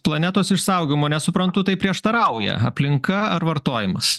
planetos išsaugojimo nesuprantu tai prieštarauja aplinka ar vartojimas